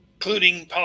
including